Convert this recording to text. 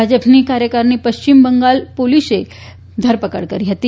ભાજપની કાર્યકરની પશ્ચિમ બંઘાલ પોલીસે ધરપકડ કરી હતી